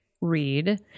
read